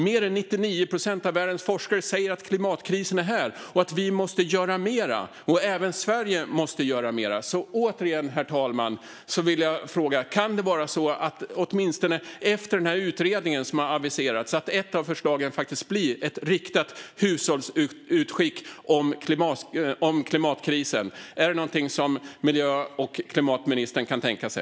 Mer än 99 procent av världens forskare säger att klimatkrisen är här och att vi måste göra mer. Även Sverige måste göra mer. Återigen, herr talman, vill jag fråga: Kan det vara så att åtminstone ett av förslagen efter den utredning som har aviserats faktiskt blir ett riktat hushållsutskick om klimatkrisen? Är det någonting som miljö och klimatministern kan tänka sig?